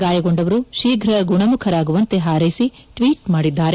ಗಾಯಗೊಂಡವರು ಶೀಘ್ರ ಗುಣಮುಖರಾಗುವಂತೆ ಹಾರ್ಲೆಸಿ ಟ್ವೀಟ್ ಮಾಡಿದ್ದಾರೆ